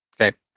Okay